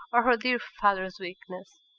or her dear father's weakness?